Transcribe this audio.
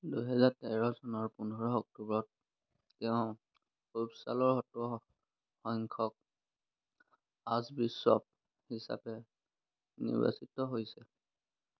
দুহেজাৰ তেৰ চনৰ পোন্ধৰ অক্টোবৰত তেওঁ উপছালাৰ সত্তৰ সংখ্যক আৰ্চবিশ্বপ হিচাপে নিৰ্বাচিত হৈছিল